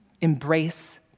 embrace